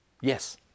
Yes